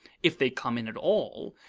if they come in at all,